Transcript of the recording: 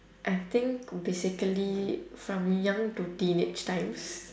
I think basically from young to teenage times